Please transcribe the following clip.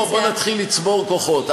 בואו נתחיל לצבור כוחות.